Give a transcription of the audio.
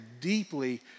deeply